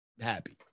happy